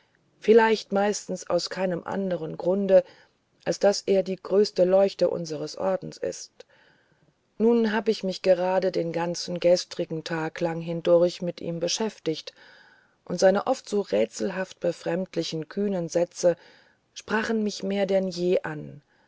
vielleicht meistens aus keinem anderen grunde als daß er die größte leuchte unseres ordens ist nun hab ich mich gerade den ganzen gestrigen lag hindurch mit ihm beschäftigt und seine oft so rätselhaft befremdlichen und kühnen sätze sprachen mich mehr denn je an